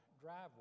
driveway